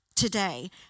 today